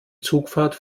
zugfahrt